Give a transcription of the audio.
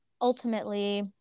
ultimately